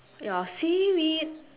your seaweed